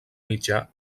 mitjà